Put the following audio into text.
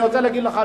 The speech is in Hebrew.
אני רוצה להגיד לך,